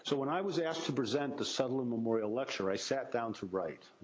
so when i was asked to present the sutherland memorial lecture, i sat down to write.